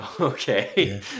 Okay